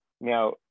Now